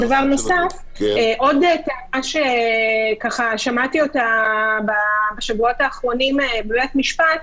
עוד טענה ששמעתי אותה בשבועות האחרונים בבית משפט,